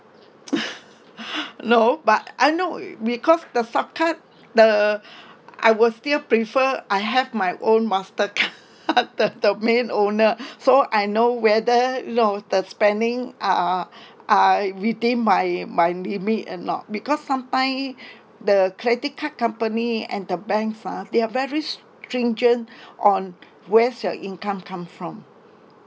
no but I know because the sub card the I will still prefer I have my own master card the the main owner so I know whether know the spending are are within my my limit or not because sometime the credit company and the banks ah they're very stringent on where's your income come from